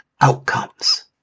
outcomes